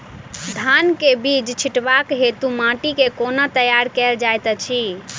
धान केँ बीज छिटबाक हेतु माटि केँ कोना तैयार कएल जाइत अछि?